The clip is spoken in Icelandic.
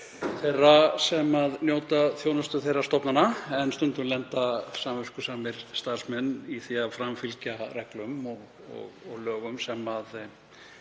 þeirra sem njóta þjónustu þeirra stofnana, en stundum lenda samviskusamir starfsmenn í því að framfylgja reglum og lögum sem